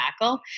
tackle